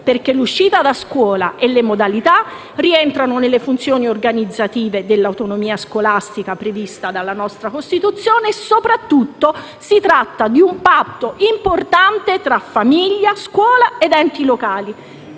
perché l'uscita da scuola e le modalità rientrano nelle funzioni organizzative dell'autonomia scolastica prevista dalla nostra Costituzione e sopratutto si tratta di un patto importante tra famiglia, scuola ed enti locali.